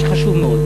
איש חשוב מאוד,